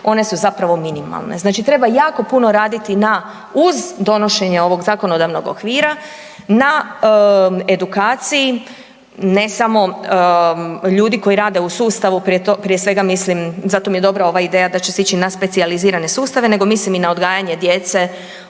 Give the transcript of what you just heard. one su zapravo minimalne. Znači treba jako puno raditi na uz donošenje ovog zakonodavnog okvira na edukaciji ne samo ljudi koji rade u sustavu, prije svega mislim, zato mi je dobra ova ideja da će se ići na specijalizirane sustave, nego mislim i na odgajanje djece